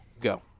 Go